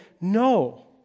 no